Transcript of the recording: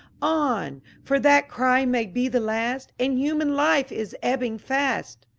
on for that cry may be the last, and human life is ebbing fast!